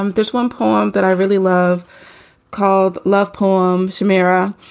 um there's one poem that i really love called love poem samarra.